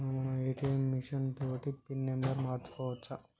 మనం మన ATM machine తోటి పిన్ నెంబర్ను మార్చుకోవచ్చు